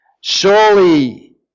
surely